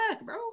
bro